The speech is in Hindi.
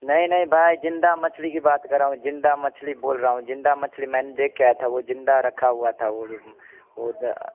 नहीं नहीं भाई जिंदा मछली की बात कर रहा हूँ जिंदा मछली बोल रहा हूँ जिंदा मछली मैंने देख के आया था वो जिंदा रखा हुआ था वो वो द